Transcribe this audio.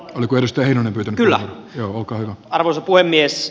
oli kuin ostajia kyllä ruoka arvoisa puhemies